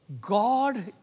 God